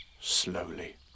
slowly